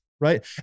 Right